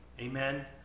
Amen